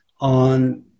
on